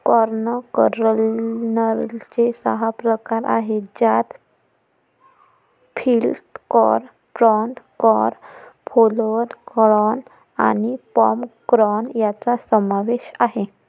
corn कर्नलचे सहा प्रकार आहेत ज्यात flint corn, pod corn, flour corn आणि पॉप कॉर्न यांचा समावेश आहे